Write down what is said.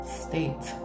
state